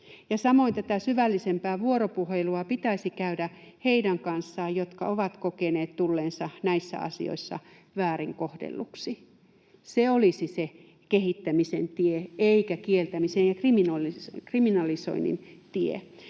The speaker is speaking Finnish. samoin tätä syvällisempää vuoropuhelua pitäisi käydä niiden kanssa, jotka ovat kokeneet tulleensa näissä asioissa väärin kohdelluiksi. Se olisi se kehittämisen tie — eikä kieltämisen ja kriminalisoinnin tie.